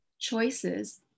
choices